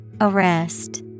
Arrest